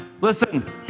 Listen